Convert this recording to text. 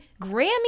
Grammy